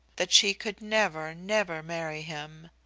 that she could never, never marry him.